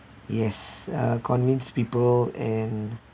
yes uh convince people and